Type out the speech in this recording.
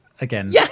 again